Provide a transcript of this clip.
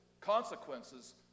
consequences